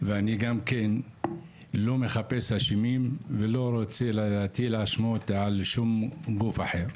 ואני גם לא מחפש אשמים ולא רוצה להטיל אשמות על שום גוף אחר.